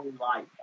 life